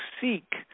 seek